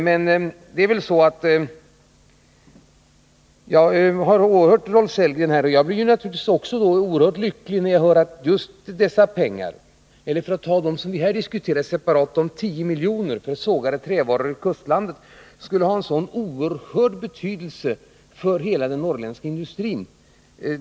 Jag blev också mycket lycklig över att från Rolf Sellgren höra att de 10 milj.kr. som vi nu diskuterar och som avser sågade trävaror från kustlandet skulle ha en sådan oerhörd betydelse för hela den norrländska industrin.